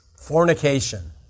fornication